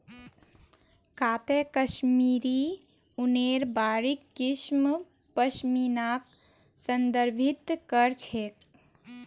काते कश्मीरी ऊनेर बारीक किस्म पश्मीनाक संदर्भित कर छेक